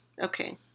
Okay